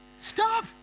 stop